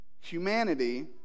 Humanity